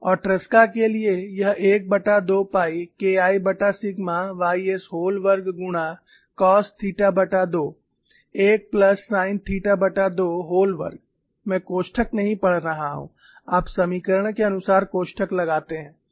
और ट्रेस्का के लिए यह 12 पाई KIसिग्मा ys व्होल वर्ग गुणा कास थीटा2 1 प्लस साइन थीटा2 व्होल वर्ग मैं कोष्ठक नहीं पढ़ रहा हूँ आप समीकरण के अनुसार कोष्ठक लगाते हैं